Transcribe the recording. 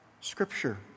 Scripture